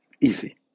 Easy